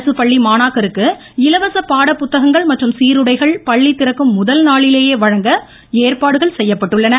அரசு பள்ளி மாணாக்கருக்கு இலவச பாடப்புத்தகங்கள் மற்றும் சீருடைகள் பள்ளி திறக்கும் முதல் நாளிலேயே வழங்க ஏற்பாடுகள் செய்யப்பட்டுள்ளன